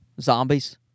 zombies